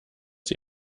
sie